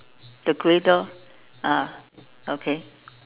the grey door ah okay